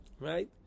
Right